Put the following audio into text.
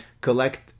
collect